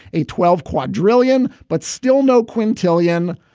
a twelve quadrillion, but still no quintillion.